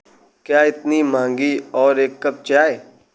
क्या इतनी महंगी और एक कप चाय